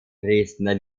dresdner